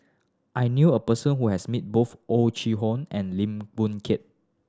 I knew a person who has met both Oh Chai Hoo and Lim Boon Keng